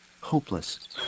hopeless